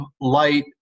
light